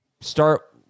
start